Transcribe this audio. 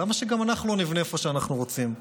למה שגם אנחנו לא נבנה איפה שאנחנו רוצים?